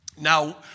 Now